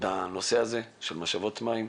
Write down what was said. בנושא של משאבות המים,